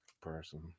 person